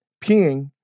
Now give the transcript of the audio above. peeing